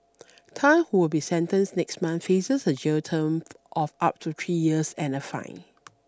Tan who will be sentenced next month faces a jail term of up to three years and a fine